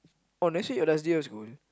or next week your last day of school